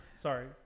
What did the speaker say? sorry